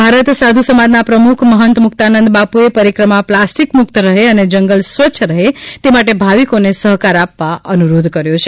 ભારત સાધુ સમાજના પ્રમુખ મહંત મુક્તાનંદબાપુએ પરિક્રમા પ્લાસ્ટિક મુક્ત રહે અને જગલ સ્વચ્છ રહે તે માટે ભાવિકોને સહકાર આપવા અનુરોધ કર્યો છે